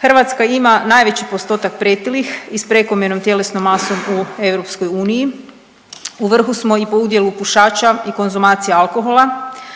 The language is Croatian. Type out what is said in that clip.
Hrvatska ima najveći postotak pretilih i s prekomjernom tjelesnom masom u EU, u vrhu smo i po udjelu pušača i konzumacije alkohola,